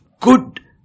good